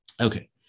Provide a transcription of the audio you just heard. Okay